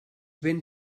ben